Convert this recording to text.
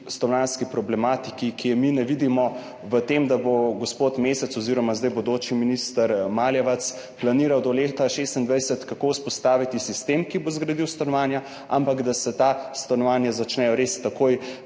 stanovanjski problematiki, ki je mi ne vidimo v tem, da bo gospod Mesec oziroma zdaj bodoči minister Maljevac planiral do leta 2026, kako vzpostaviti sistem, ki bo zgradil stanovanja, ampak da se ta stanovanja začnejo res takoj